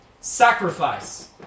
Sacrifice